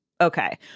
Okay